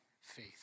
faith